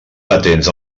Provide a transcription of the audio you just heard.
patents